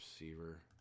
receiver